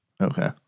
Okay